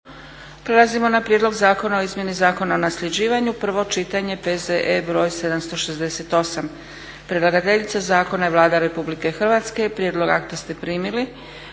Prelazimo na 3. Prijedlog zakona o izmjeni Zakona o nasljeđivanju, prvo čitanje, P.Z.E. br. 768. Predlagateljica zakona je Vlada RH. Prijedlog akta ste primili.